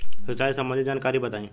सिंचाई संबंधित जानकारी बताई?